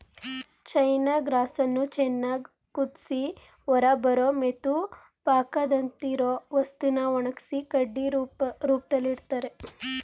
ಚೈನ ಗ್ರಾಸನ್ನು ಚೆನ್ನಾಗ್ ಕುದ್ಸಿ ಹೊರಬರೋ ಮೆತುಪಾಕದಂತಿರೊ ವಸ್ತುನ ಒಣಗ್ಸಿ ಕಡ್ಡಿ ರೂಪ್ದಲ್ಲಿಡ್ತರೆ